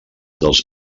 dels